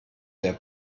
der